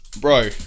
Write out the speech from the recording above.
Bro